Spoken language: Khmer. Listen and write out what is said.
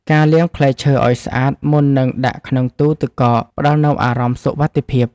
ការលាងផ្លែឈើឱ្យស្អាតមុននឹងដាក់ក្នុងទូទឹកកក ផ្តល់នូវអារម្មណ៍សុវត្ថិភាព។